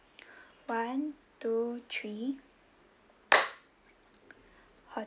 one two three hotel